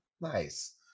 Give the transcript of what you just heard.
Nice